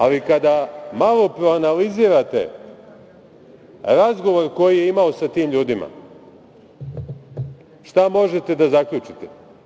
Ali, kada malo proanalizirate razgovor koji je imao sa tim ljudima, šta možete da zaključite?